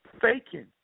faking